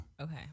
Okay